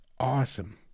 Awesome